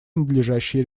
надлежащие